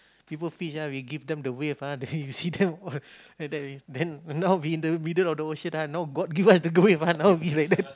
people fish ah we give them the wave ah then you see them all like that then now we in the middle of the ocean ah now god give us the wave now we like that